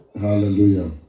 Hallelujah